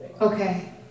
Okay